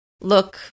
look